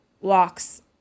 walks